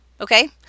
okay